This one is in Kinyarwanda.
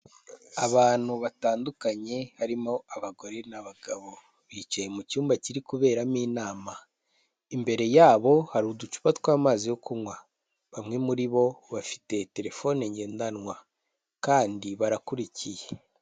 Abantu batandukanye, harimo abagore n'abagabo, bicaye mu cyumba kiri kuberamo inama, imbere yabo hari uducupa tw'amazi yo kunywa, bamwe muri bo bafite terefone ngendanwa kandi barakurikiye.